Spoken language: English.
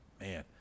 Man